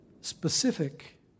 specific